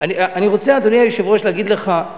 אני רוצה להגיד לך,